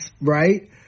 right